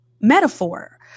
metaphor